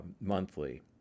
monthly